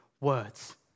words